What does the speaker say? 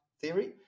theory